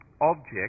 object